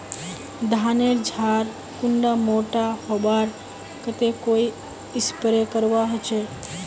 धानेर झार कुंडा मोटा होबार केते कोई स्प्रे करवा होचए?